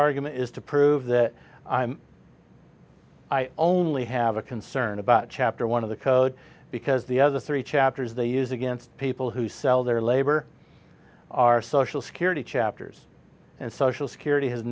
argument is to prove that i only have a concern about chapter one of the code because the other three chapters they use against people who sell their labor are social security chapters and social security has